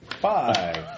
Five